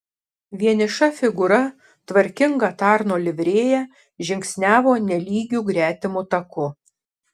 vieniša figūra tvarkinga tarno livrėja žingsniavo nelygiu gretimu taku